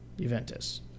Juventus